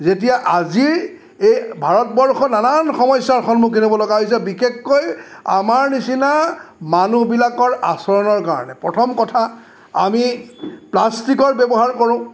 যেতিয়া আজিৰ এই ভাৰতবৰ্ষ নানান সমস্যাৰ সন্মুখীন হ'বলগীয়া হৈছে বিশেষকৈ আমাৰ নিচিনা মানুহবিলাকৰ আচৰণৰ কাৰণে প্ৰথম কথা আমি প্লাষ্টিকৰ ব্যৱহাৰ কৰোঁ